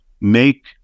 make